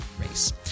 race